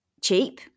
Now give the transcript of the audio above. cheap